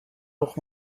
auch